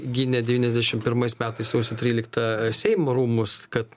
gynė devyniasdešim pirmais metais sausio tryliktą seimo rūmus kad